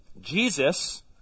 Jesus